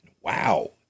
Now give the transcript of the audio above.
Wow